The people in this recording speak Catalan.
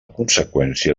conseqüència